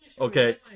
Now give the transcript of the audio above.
okay